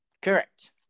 Correct